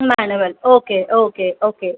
manual okay okay okay